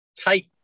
tight